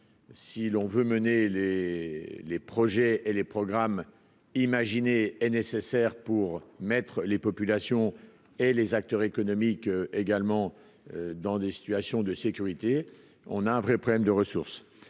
si l'on veut mener les les projets et les programmes imaginez est nécessaire pour mettre les populations et les acteurs économiques également dans des situations de sécurité, on a un vrai problème de ressources,